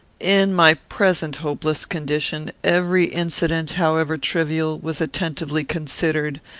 in my present hopeless condition, every incident, however trivial, was attentively considered,